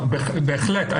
בהחלט.